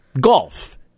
golf